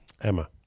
Emma